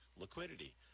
liquidity